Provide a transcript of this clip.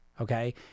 okay